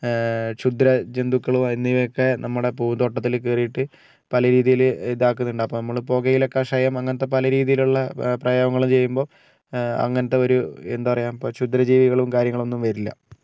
ക്ഷുദ്ര ജന്തുക്കളും എന്നിവയൊക്കേ നമ്മുടെ പൂന്തോട്ടത്തിൽ കേറിയിട്ട് പല രീതിയിൽ ഇതാക്കുന്നുണ്ട് അപ്പോൾ നമ്മൾ പുകയില കഷായം അങ്ങനത്തെ പല രീതിയിലുള്ള പ്രയോഗങ്ങൾ ചെയ്യുമ്പോൾ അങ്ങനത്തേ ഒരു എന്താ പറയുക ക്ഷുദ്രജീവികളും കാര്യങ്ങളൊന്നും വരില്ലാ